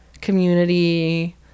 community